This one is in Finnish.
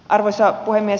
arvoisa puhemies